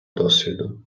досвіду